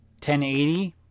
1080